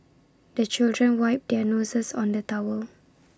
the children wipe their noses on the towel